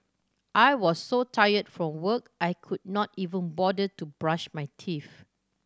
I was so tired from work I could not even bother to brush my teeth